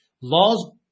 laws